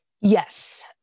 Yes